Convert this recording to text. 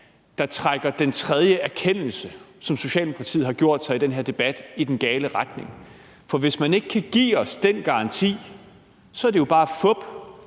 der trækker den tredje erkendelse, som Socialdemokratiet har gjort sig i den her debat, i den gale retning? For hvis man ikke kan give os den garanti, er det jo bare fup.